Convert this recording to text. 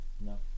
No